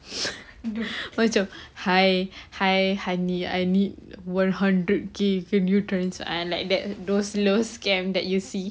macam hi hi honey I need one hundred K can you trans~ ah like that those those scam that you see